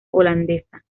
holandesa